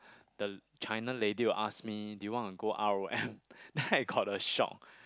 the China lady will ask me do you want to go R_O_M then I got a shock